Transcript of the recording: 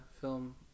film